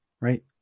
Right